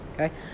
Okay